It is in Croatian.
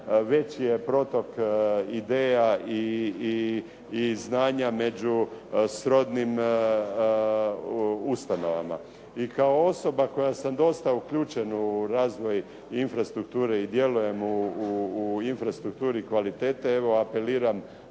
veći je protok ideja i znanja među srodnim ustanovama i kao osoba koja sam dosta uključen u razvoj infrastrukture i djelujem u infrastrukturi kvalitete. Evo apeliram